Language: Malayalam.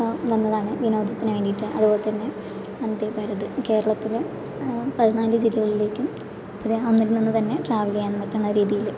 ഇപ്പോൾ വന്നതാണ് വിനോദത്തിന് വേണ്ടിയിട്ട് അതുപോലെത്തന്നെ വന്ദേഭാരത് കേരളത്തിലെ പതിനാല് ജില്ലകളിലേക്കും അതേ ഒന്നിൽ നിന്നുതന്നെ ട്രാവൽ ചെയ്യാൻ പറ്റുന്ന രീതിയില്